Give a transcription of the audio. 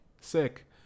sick